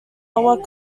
lower